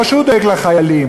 לא שהוא דואג לחיילים,